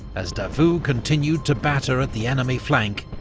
as davout continued to batter at the enemy flank,